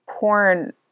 porn